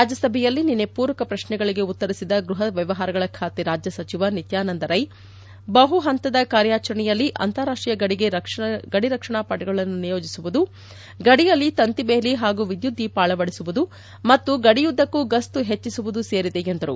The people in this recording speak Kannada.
ರಾಜ್ಙ ಸಭೆಯಲ್ಲಿ ನಿನ್ನೆ ಪೂರಕ ಪ್ರತ್ನೆಗಳಿಗೆ ಉತ್ತರಿಸಿದ ಗೃಹ ವ್ಣವಹಾರಗಳ ಖಾತೆ ರಾಜ್ಯ ಸಚಿವ ನಿತ್ಡಾನಂದ ರೈ ಬಹು ಹಂತದ ಕಾರ್ಯಾಚರಣೆಯಲ್ಲಿ ಅಂತಾರಾಷ್ಟೀಯ ಗಡಿಗೆ ಗಡಿರಕ್ಷಣಾ ಪಡೆಗಳನ್ನು ನಿಯೋಜಿಸುವುದು ಗಡಿಯಲ್ಲಿ ತಂತಿ ಬೇಲಿ ಹಾಗೂ ವಿದ್ಯುತ್ ದೀಪ ಅಳವಡಿಸುವುದು ಮತ್ತು ಗಡಿಯುದ್ದಕ್ಕೂ ಗಸ್ತು ಹೆಚ್ಚಿಸುವುದು ಸೇರಿದೆ ಎಂದರು